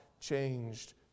changed